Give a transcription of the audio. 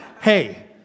hey